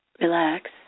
relax